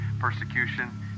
persecution